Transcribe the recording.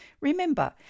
Remember